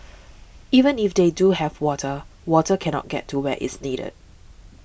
even if they do have water water cannot get to where it's needed